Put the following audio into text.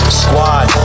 squad